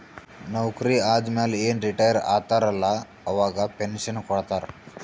ನೌಕರಿ ಆದಮ್ಯಾಲ ಏನ್ ರಿಟೈರ್ ಆತಾರ ಅಲ್ಲಾ ಅವಾಗ ಪೆನ್ಷನ್ ಕೊಡ್ತಾರ್